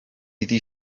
iddi